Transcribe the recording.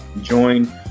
join